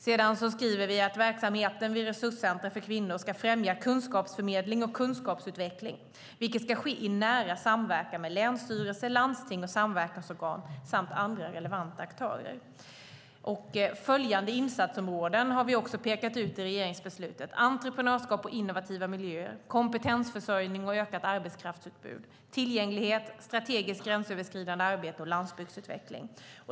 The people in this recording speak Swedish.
Sedan skriver vi att verksamheten vid resurscentrum för kvinnor ska främja kunskapsförmedling och kunskapsutveckling, vilket ska ske i nära samverkan med länsstyrelse, landsting och samverkansorgan samt andra relevanta aktörer. Följande insatsområden har vi också pekat ut i regeringsbeslutet: entreprenörskap och innovativa miljöer, kompetensförsörjning och ökat arbetskraftsutbud, tillgänglighet, strategiskt gränsöverskridande arbete och landsbygdsutveckling.